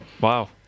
wow